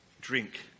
Drink